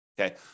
Okay